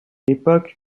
époque